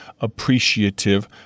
appreciative